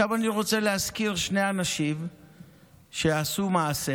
שצריך לעבוד על שכר מינימום ובעבודה מועדפת.